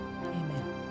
Amen